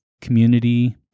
community